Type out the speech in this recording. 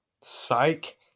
Psych